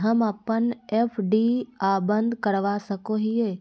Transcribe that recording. हम अप्पन एफ.डी आ बंद करवा सको हियै